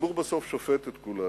והציבור בסוף שופט את כולנו.